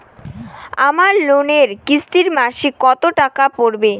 আমার লোনের কিস্তি মাসিক কত টাকা পড়বে?